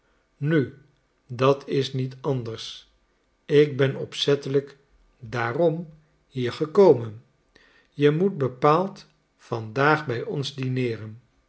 nu dat is niet anders ik ben opzettelijk daarom hier gekomen je moet bepaald van daag bij ons dineeren